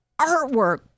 artwork